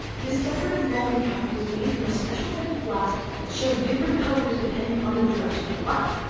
this decorative roman cup was made from a special type of glass that shows different colours depending on the direction of the light.